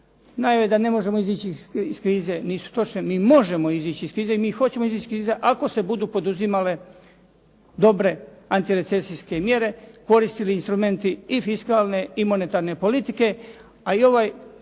Najave da ne možemo izaći iz krize nisu točne. Mi možemo izići iz krize i mi hoćemo izići iz krize ako se budu poduzimale dobre antirecesijske mjere, koristili instrumenti i fiskalne i monetarne politike, a i ovaj